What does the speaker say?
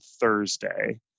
Thursday